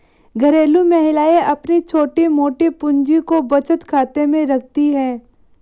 घरेलू महिलाएं अपनी छोटी मोटी पूंजी को बचत खाते में रखती है